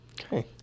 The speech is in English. okay